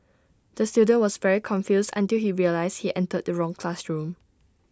the student was very confused until he realised he entered the wrong classroom